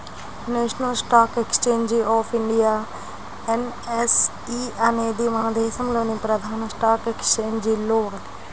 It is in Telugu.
national stock exchange of India NSE అనేది మన దేశంలోని ప్రధాన స్టాక్ ఎక్స్చేంజిల్లో ఒకటి